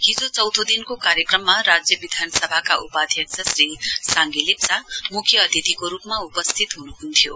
हिजो चौथो दिनको कार्यक्रममा राज्य विधानसभाका उपाध्यक्ष श्री साङ्गे लेप्चा मुख्य अतिथिको रुपमा उपस्थित हुनुहुन्थ्यो